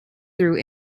through